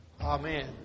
Amen